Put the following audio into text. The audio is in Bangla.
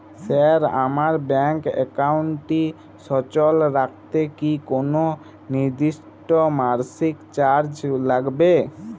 স্যার আমার ব্যাঙ্ক একাউন্টটি সচল রাখতে কি কোনো নির্দিষ্ট মাসিক চার্জ লাগবে?